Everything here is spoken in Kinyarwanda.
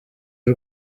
y’u